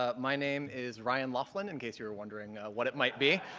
ah my name is ryan laughlin, incase you were wondering what it might be.